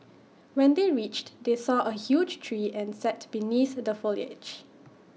when they reached they saw A huge tree and sat beneath the foliage